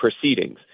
proceedings